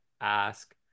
ask